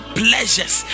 pleasures